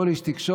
כל איש תקשורת,